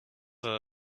are